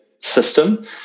system